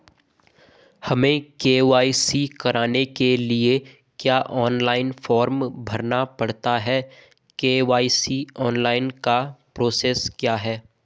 हमें के.वाई.सी कराने के लिए क्या ऑनलाइन फॉर्म भरना पड़ता है के.वाई.सी ऑनलाइन का प्रोसेस क्या है?